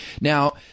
Now